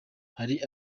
hari